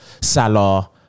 Salah